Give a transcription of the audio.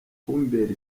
kumbera